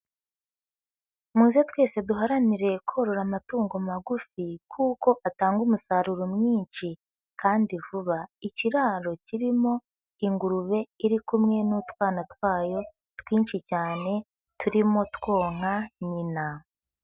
Muze twese duharanire korora amatungo magufi kuko atanga umusaruro mwinshi kandi vuba, ikiraro kirimo ingurube iri kumwe n'utwana twayo twinshi cyane turimo twonka nyina.